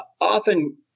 often